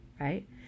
right